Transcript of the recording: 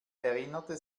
erinnerte